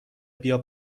بیا